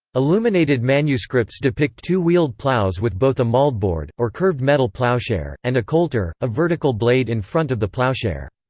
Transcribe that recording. illuminated manuscripts depict two-wheeled ploughs with both a mouldboard, or curved metal ploughshare, and a coulter, a vertical blade in front of the ploughshare.